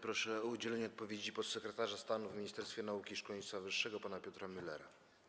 Proszę o udzielenie odpowiedzi podsekretarza stanu w Ministerstwie Nauki i Szkolnictwa Wyższego pana Piotra Müllera.